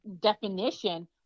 definition